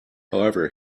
however